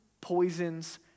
Poisons